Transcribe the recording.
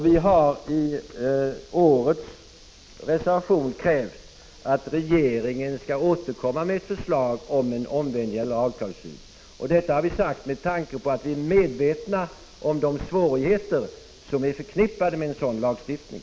Vi har i årets reservation krävt att regeringen skall återkomma med ett förslag om en omvänd generalklausul. Detta har vi sagt med tanke på att vi är medvetna om de svårigheter som är förknippade med en sådan lagstiftning.